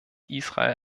israel